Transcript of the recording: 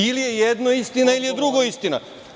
Ili je jedno istina, ili je drugo istina.